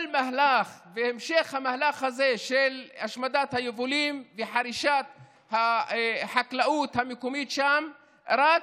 כל מהלך והמשך המהלך הזה של השמדת היבולים וחרישת החקלאות המקומית שם רק